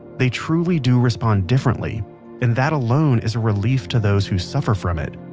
they truly do respond differently and that alone is a relief to those who suffer from it.